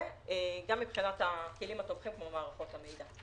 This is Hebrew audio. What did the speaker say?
וגם מבחינת הכלים התומכים כמו מערכות המידע,